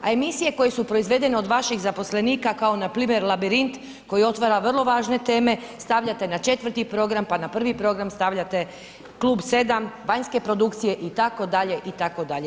A emisije koje su proizvedene od vaših zaposlenika kao npr. Labirint koji otvara vrlo važne teme stavljate na 4 program, pa na 1 program stavljate Klub 7, vanjske produkcije itd., itd.